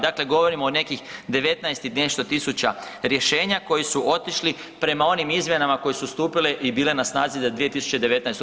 Dakle, govorimo o nekih 19 i nešto tisuća rješenja koji su otišli prema onim izmjenama koje su stupile i bile na snazi za 2019.